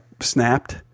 snapped